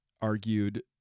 argued